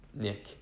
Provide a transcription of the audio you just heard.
Nick